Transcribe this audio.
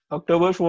October